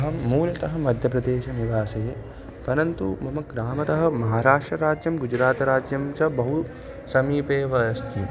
अहं मूलतः मध्यप्रदेशनिवासी परन्तु मम ग्रामतः महाराष्ट्रराज्यं गुजरातराज्यं च बहु समीपे एव अस्ति